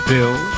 Bill